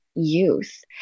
Youth